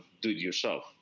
do-it-yourself